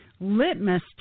litmus